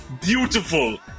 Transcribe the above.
beautiful